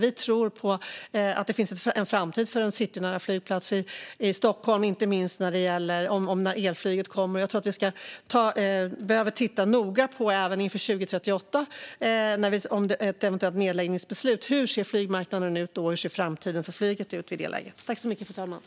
Vi tror på att det finns en framtid för en citynära flygplats i Stockholm, inte minst när elflyget kommer. Även inför 2038 och inför ett eventuellt nedläggningsbeslut tror jag att vi behöver titta noga på hur flygmarknaden ser ut då och hur framtiden för flyget ser ut i det läget.